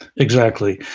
exactly.